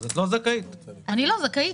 אני לא זכאית,